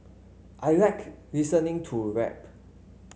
I like listening to rap